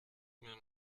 mir